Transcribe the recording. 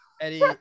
Eddie